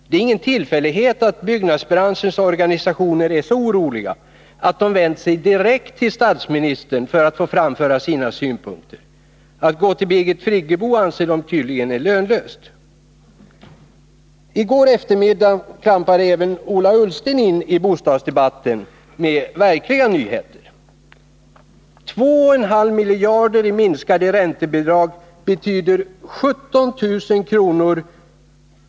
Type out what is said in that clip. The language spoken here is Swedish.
Det är ingen tillfällighet att byggnadsbranschens organisationer är så oroliga, att de vänt sig direkt till statsministern för att få framföra sina synpunkter. Att gå till Birgit Friggebo anser de tydligen är lönlöst. I går eftermiddag klampade även Ola Ullsten in i bostadsdebatten med verkliga nyheter. 2,5 miljarder kronor i minskade räntebidrag betyder 17 000 kr.